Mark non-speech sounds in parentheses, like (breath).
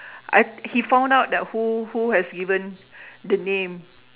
I he found out that who who has given the (breath) name